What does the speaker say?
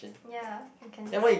ya you can just